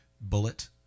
bullet